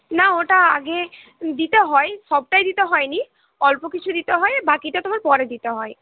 না ওটা আগে দিতে হয় সবটাই দিতে হয় নি অল্প কিছু দিতে হয় বাকিটা তোমার পরে দিতে হয়